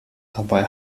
dabei